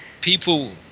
people